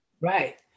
Right